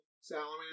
salamander